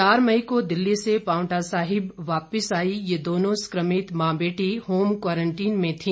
चार मई को दिल्ली से पावंटा साहिब वापिस आई ये दोनों संक्रमित मां बेटी होम क्वारंटीइन में थी